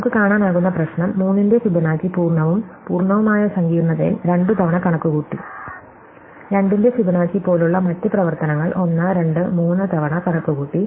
നമുക്ക് കാണാനാകുന്ന പ്രശ്നം 3 ന്റെ ഫിബൊനാച്ചി പൂർണ്ണവും പൂർണ്ണവുമായ സങ്കീർണ്ണതയിൽ രണ്ടുതവണ കണക്കുകൂട്ടി 2 ന്റെ ഫിബൊനാച്ചി പോലുള്ള മറ്റ് പ്രവർത്തനങ്ങൾ 1 2 3 തവണ കണക്കുകൂട്ടി